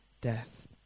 death